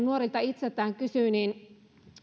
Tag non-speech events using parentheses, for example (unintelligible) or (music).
(unintelligible) nuorilta itseltään kysyy niin